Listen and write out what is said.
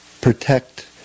protect